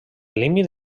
límit